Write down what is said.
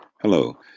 Hello